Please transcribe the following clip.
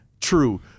True